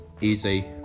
easy